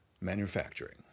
Manufacturing